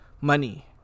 money